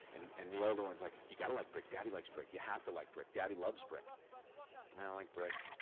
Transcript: and and the older one's like, you gotta like brick. daddy likes brick. you have to like brick. daddy loves brick. i don't like brick.